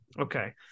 Okay